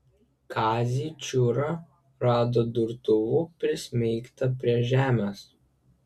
kazį čiūrą rado durtuvu prismeigtą prie žemės